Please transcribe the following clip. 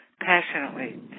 passionately